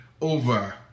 over